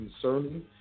concerning